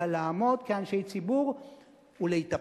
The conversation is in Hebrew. אלא לעמוד כאנשי ציבור ולהתאפק